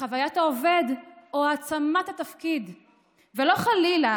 וחוויית העובד או העצמת התפקיד ולא חלילה